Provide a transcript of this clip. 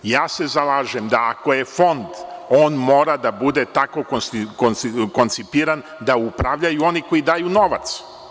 Zalažem se da ako je Fond, on mora da bude tako koncipiran da upravljaju oni koji daju novac.